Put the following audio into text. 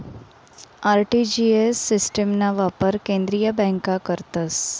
RTGS सिस्टिमना वापर केंद्रीय बँका करतस